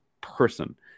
person